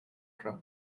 trunk